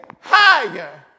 higher